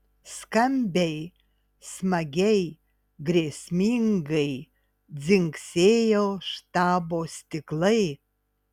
skambiai smagiai grėsmingai dzingsėjo štabo stiklai